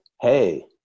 hey